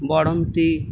Baranti